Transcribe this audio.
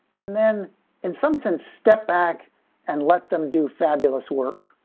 and then in some sense, step back and let them do fabulous work.